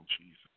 Jesus